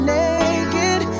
naked